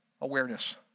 awareness